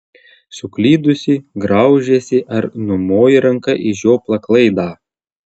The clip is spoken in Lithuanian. suklydusi graužiesi ar numoji ranka į žioplą klaidą